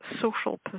social